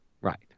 Right